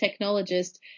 technologist